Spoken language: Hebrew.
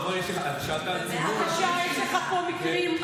יש לך פה מקרים,